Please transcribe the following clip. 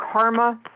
karma